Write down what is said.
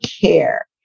care